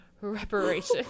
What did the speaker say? reparations